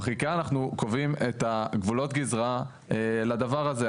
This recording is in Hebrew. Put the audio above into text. בחקיקה אנחנו קובעים את גבולות הגזרה לדבר הזה,